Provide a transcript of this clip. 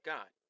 God